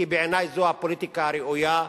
כי בעיני זו הפוליטיקה הראויה,